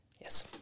Yes